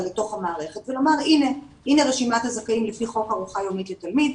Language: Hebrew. לתוך המערכת ולומר 'הנה רשימת הזכאים לפי חוק ארוחה יומית לתלמיד,